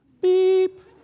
beep